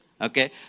Okay